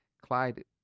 Clyde